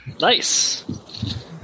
Nice